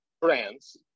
brands